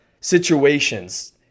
Situations